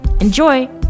Enjoy